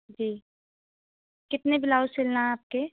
जी कितने ब्लाउज सिलना आपके